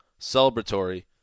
celebratory